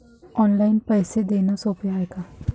Online पैसे देण सोप हाय का?